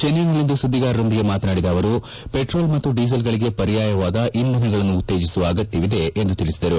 ಚೆನ್ನೈನಲ್ಲಿಂದು ಸುದ್ಲಿಗಾರರೊಂದಿಗೆ ಮಾತನಾಡಿದ ಅವರು ಪೆಟ್ರೋಲ್ ಮತ್ತು ಡೀಸೆಲ್ಗಳಿಗೆ ಪರ್ಯಾಯವಾದ ಇಂಧನಗಳನ್ನು ಉತ್ತೇಜಿಸುವ ಅಗತ್ಯವಿದೆ ಎಂದು ತಿಳಿಸಿದರು